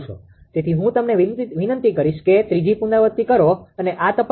તેથી હું તમને વિનંતી કરીશ કે ત્રીજી પુનરાવૃત્તિ કરો અને આ તપાસો